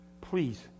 Please